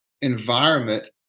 environment